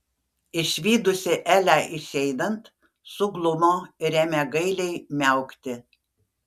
išvydusi elę išeinant suglumo ir ėmė gailiai miaukti